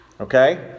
Okay